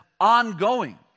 ongoing